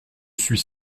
suis